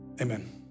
Amen